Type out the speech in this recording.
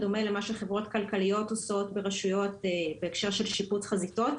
בדומה למה שחברות כלכליות עושות ברשויות בהקשר של שיפוץ חזיתות.